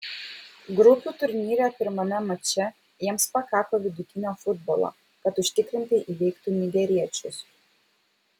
grupių turnyre pirmame mače jiems pakako vidutinio futbolo kad užtikrintai įveiktų nigeriečius